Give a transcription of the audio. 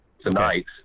tonight